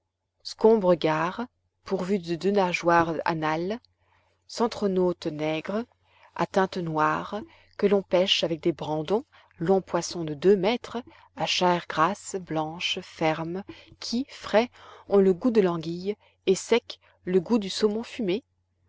scombres guares pourvus de deux nageoires anales centronotes nègres à teintes noires que l'on pêche avec des brandons longs poissons de deux mètres à chair grasse blanche ferme qui frais ont le goût de l'anguille et secs le goût du saumon fumé